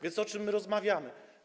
Więc o czym my rozmawiamy?